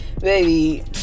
Baby